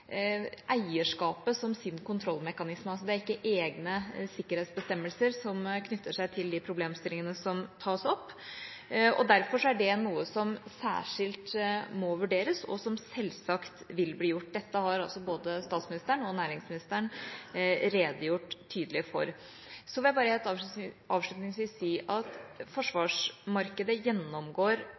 eierskapet som sin kontrollmekanisme – det er altså ikke egne sikkerhetsbestemmelser som knytter seg til de problemstillingene som tas opp. Derfor er det noe som må vurderes særskilt, og som selvsagt vil bli gjort. Dette har også både statsministeren og næringsministeren redegjort tydelig for. Så vil jeg bare helt avslutningsvis si at forsvarsmarkedet gjennomgår